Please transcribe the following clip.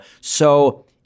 So-